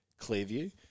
Clearview